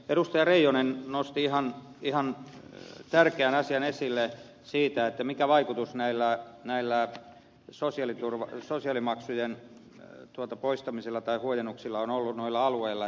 reijonen nosti ihan tärkeän asian esille siitä mikä vaikutus näillä sosiaalimaksujen poistamisilla tai huojennuksilla on ollut noilla alueilla